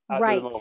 Right